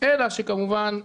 אלא שכמובן,